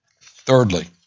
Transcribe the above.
Thirdly